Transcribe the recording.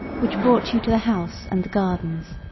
which brought you to the house and the gardens.